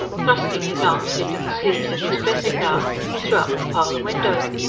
thrusting his arms into the sleeves of his dressing-gown, he threw up the parlour window.